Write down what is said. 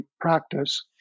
practice